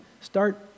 start